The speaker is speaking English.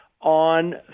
on